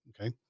okay